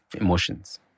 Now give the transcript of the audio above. emotions